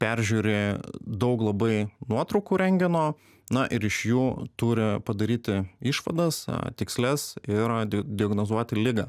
peržiūri daug labai nuotraukų rentgeno na ir iš jų turi padaryti išvadas tikslias ir diagnozuoti ligą